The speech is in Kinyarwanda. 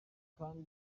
kandi